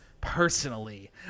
personally